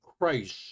Christ